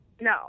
No